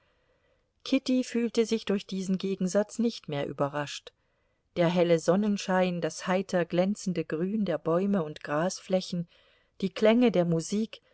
kitty fühlte sich durch diesen gegensatz nicht mehr überrascht der helle sonnenschein das heiter glänzende grün der bäume und grasflächen die klänge der musik